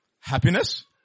happiness